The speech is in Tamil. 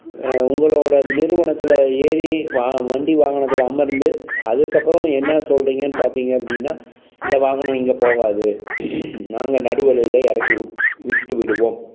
உங்களோடய நிறுவனத்தில் ஏறி வா வண்டி வாகனத்தில் அமர்ந்து அதுக்கப்புறோம் என்ன சொல்றிங்கன்னு பார்த்திங்க அப்படின்னா இந்த வாகனம் இங்கே போகாது நாங்கள் நடு வழியில் இறக்கி விட்டு விட்டுவிடுவோம்